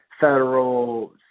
federal